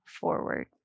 forward